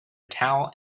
towel